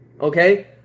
okay